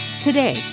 Today